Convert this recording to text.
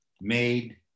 made